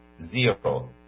Zero